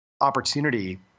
opportunity